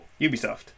ubisoft